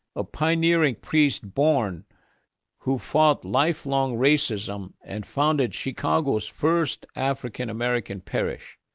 a pioneering priest born who fought life-long racism and founded chicago's first african american parish.